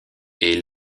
est